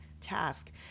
task